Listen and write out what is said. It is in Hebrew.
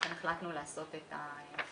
לכן החלטנו לעשות את ההפרדה.